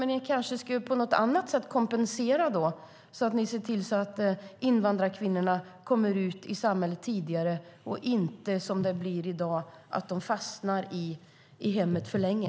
Men ni skulle kanske på något annat sätt kompensera så att ni ser till att invandrarkvinnorna kommer ut i samhället tidigare, så att de inte, som i dag, fastnar i hemmet för länge.